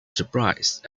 surprised